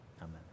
Amen